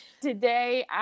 Today